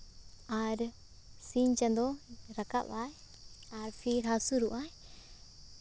ᱟᱨ ᱥᱤᱧ ᱪᱟᱸᱫᱚ ᱨᱟᱠᱟᱵ ᱟᱭ ᱟᱨ ᱯᱷᱤᱨ ᱦᱟᱹᱥᱩᱨᱚᱜ ᱟᱭ